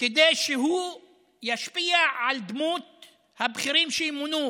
כדי שהוא ישפיע על דמויות הבכירים שימונו,